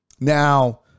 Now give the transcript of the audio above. Now